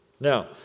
Now